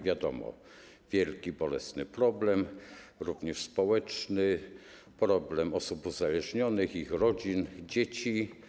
Wiadomo, to jest wielki, bolesny problem, również społeczny, problem osób uzależnionych i ich rodzin, dzieci.